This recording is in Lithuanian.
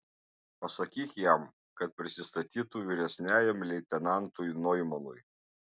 pasakyk jam kad prisistatytų vyresniajam leitenantui noimanui